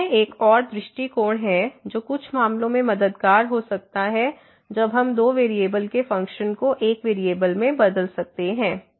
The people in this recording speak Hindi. तो यह एक और दृष्टिकोण है जो कुछ मामलों में मददगार हो सकता है जब हम दो वेरिएबल के फ़ंक्शन को एक वेरिएबल में बदल सकते हैं